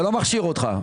זה לא מכשיר אותך.